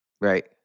Right